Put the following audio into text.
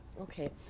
okay